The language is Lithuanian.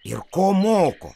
ir ko moko